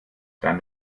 dann